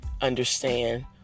understand